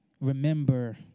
remember